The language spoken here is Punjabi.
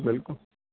ਬਿਲਕੁਲ